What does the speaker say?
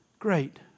Great